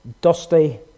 dusty